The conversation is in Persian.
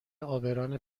عابران